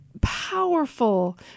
powerful